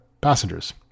passengers